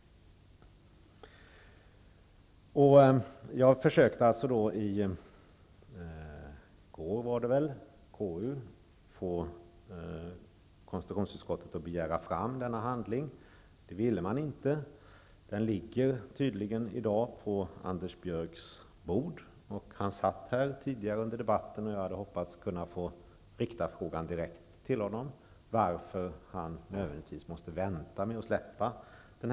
Jag försökte i går få KU att begära fram denna handling. Det ville man inte. Den ligger tydligen i dag på Anders Björcks bord. Försvarsministern satt i kammaren tidigare under debatten, och jag hade hoppats kunna få rikta frågan direkt till honom varför han nödvändigtvis måste vänta med att släppa den.